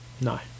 No